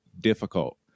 difficult